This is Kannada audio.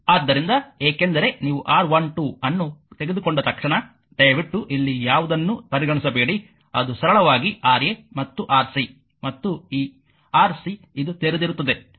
ಆದ್ದರಿಂದ ಏಕೆಂದರೆ ನೀವು R1 2 lrmಅನ್ನು ತೆಗೆದುಕೊಂಡ ತಕ್ಷಣ ದಯವಿಟ್ಟು ಇಲ್ಲಿ ಯಾವುದನ್ನೂ ಪರಿಗಣಿಸಬೇಡಿ ಅದು ಸರಳವಾಗಿ Ra ಮತ್ತು Rc ಈ Rc ಇದು ತೆರೆದಿರುತ್ತದೆ